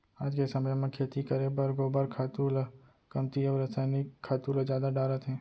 आज के समे म खेती करे बर गोबर खातू ल कमती अउ रसायनिक खातू ल जादा डारत हें